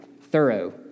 thorough